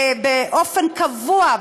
באופן קבוע,